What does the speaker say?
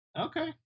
okay